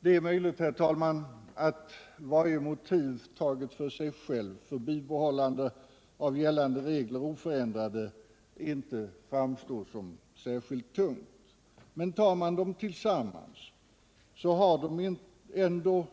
Det är möjligt att varje motiv taget för sig självt, för bibehållande av gällande regler oförändrade, inte framstår som särskilt tungt. Men tar man motiven tillsammans har de ändå,